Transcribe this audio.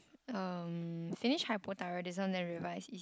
um finish hypothyroidism then revise is it